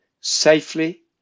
safely